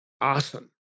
awesome